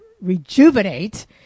rejuvenate